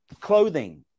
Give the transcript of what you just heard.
Clothing